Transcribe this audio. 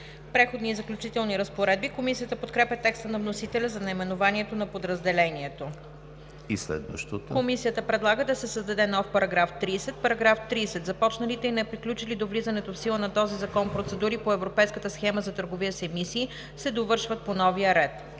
„Преходни и заключителни разпоредби“. Комисията подкрепя текста на вносителя за наименованието на подразделението. Комисията предлага да се създаде нов § 30: „§ 30. Започналите и неприключили до влизането в сила на този закон процедури по Европейската схема за търговия с емисии се довършват по новия ред.“